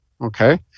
Okay